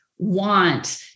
want